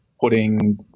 putting